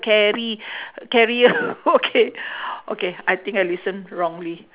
carry career okay okay I think I listen wrongly